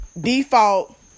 default